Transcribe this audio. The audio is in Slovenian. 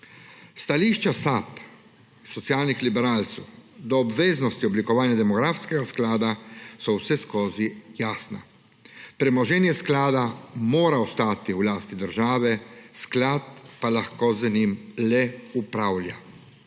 Stališča SAB, socialnih liberalcev do obveznosti oblikovanja demografskega sklada so vseskozi jasna. Premoženje sklada mora ostati v lasti države, sklad pa lahko z njim le upravlja.